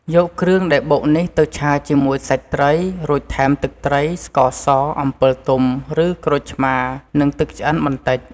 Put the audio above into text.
យកគ្រឿងដែលបុកនេះទៅឆាជាមួយសាច់ត្រី រួចថែមទឹកត្រី ស្ករស អំពិលទុំ ឬក្រូចឆ្មារ និងទឹកឆ្អិនបន្តិច។